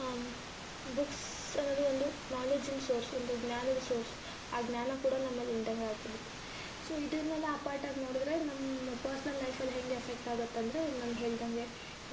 books ಅನ್ನೋದು ಒಂದು ನಾಲೇಜಿನ ಸೋರ್ಸ್ ಒಂದು ಜ್ಞಾನದ ಸೋರ್ಸ್ ಆ ಜ್ಞಾನ ಕೂಡ ನಮ್ಮಲ್ಲಿ ಇಲ್ದಂಗ ಆಗ್ಬಿಡತ್ತೆ ಸೊ ಇದನ್ನ ಅಪಾರ್ಟಾಗ ನೋಡದ್ರೆ ನಮ್ಮ ಪರ್ಸ್ನಲ್ ಲೈಫಲ್ಲಿ ಹೆಂಗ ಎಫೆಕ್ಟ್ ಆಗತಂದರೆ ನಾನು ಹೇಳ್ದಂಗೆ